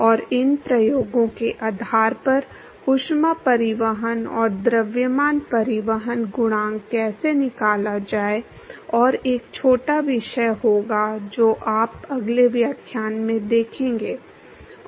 और इन प्रयोगों के आधार पर ऊष्मा परिवहन और द्रव्यमान परिवहन गुणांक कैसे निकाला जाए और एक छोटा विषय होगा जो आप अगले व्याख्यान में देखेंगे